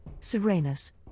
serenus